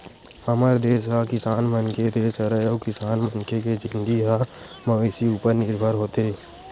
हमर देस ह किसान मन के देस हरय अउ किसान मनखे के जिनगी ह मवेशी उपर निरभर होथे